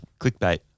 Clickbait